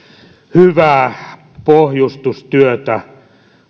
hyvää pohjustustyötä